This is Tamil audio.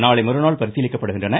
நாளைமறுநாள் பரிசீலிக்கப்படுகின்றன